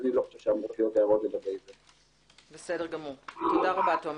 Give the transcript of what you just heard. תודה רבה.